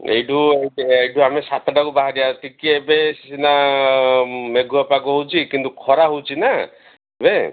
ଏଇଠୁ ଏଇଠୁ ଆମେ ସାତଟାକୁ ବାହାରିବା ଟିକିଏ ଏବେ ସିନା ମେଘୁଆ ପାଗ ହେଉଛି କିନ୍ତୁ ଖରା ହେଉଛି ନା ଏବେ